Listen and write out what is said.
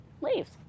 leaves